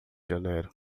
janeiro